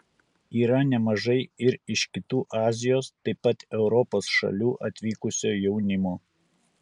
yra nemažai ir iš kitų azijos taip pat europos šalių atvykusio jaunimo